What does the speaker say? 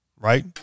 right